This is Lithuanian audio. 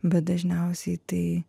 bet dažniausiai tai